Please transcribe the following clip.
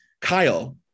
Kyle